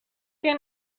que